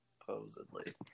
Supposedly